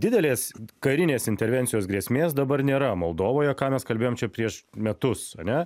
didelės karinės intervencijos grėsmės dabar nėra moldovoje ką mes kalbėjom čia prieš metus ane